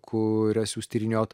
kurias jūs tyrinėjot